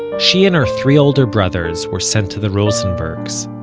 she and her three older brothers were sent to the rosenbergs,